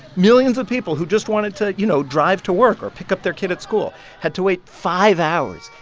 millions of people who just wanted to, you know, drive to work or pick up their kids at school had to wait five hours,